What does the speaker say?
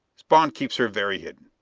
spawn keeps her very hidden.